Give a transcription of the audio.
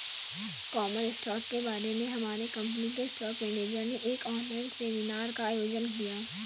common stock के बारे में हमारे कंपनी के स्टॉक मेनेजर ने एक ऑनलाइन सेमीनार का आयोजन किया